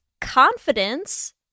confidence